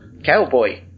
cowboy